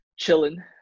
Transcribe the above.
Chilling